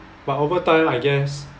but over time I guess